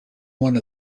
one